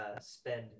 spend